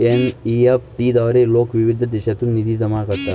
NEFT द्वारे लोक विविध देशांतून निधी जमा करतात